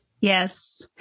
Yes